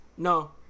No